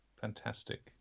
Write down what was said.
fantastic